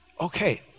Okay